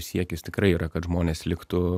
siekis tikrai yra kad žmonės liktų